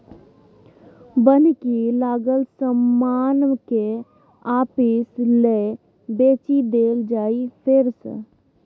बन्हकी लागल समान केँ आपिस लए बेचि देल जाइ फेर सँ